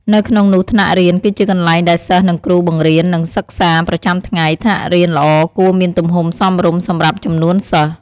នៅក្នុងនោះថ្នាក់រៀន គឺជាកន្លែងដែលសិស្សនិងគ្រូ បង្រៀន និងសិក្សាប្រចាំថ្ងៃ ថ្នាក់រៀនល្អគួរមានទំហំសមរម្យសម្រាប់ចំនួនសិស្ស។